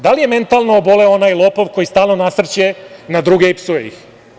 Da li je mentalno oboleo onaj lopov koji stalno nasrće na druge i psuje ih?